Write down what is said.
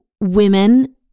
women